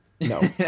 No